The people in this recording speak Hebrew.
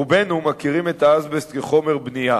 רובנו מכירים את האזבסט כחומר בנייה,